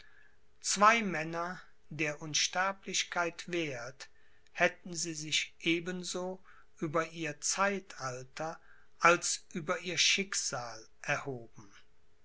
zwei männer der unsterblichkeit werth hätten sie sich eben so über ihr zeitalter als über ihr schicksal erhoben